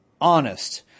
honest